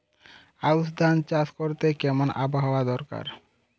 আউশ ধান চাষ করতে কেমন আবহাওয়া দরকার?